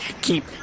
keep